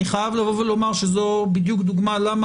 אני חייב לומר שזו בדיוק הדוגמה למה